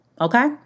okay